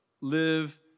Live